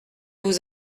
vous